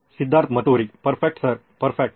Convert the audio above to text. Siddharth Maturi perfect sir perfect